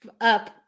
up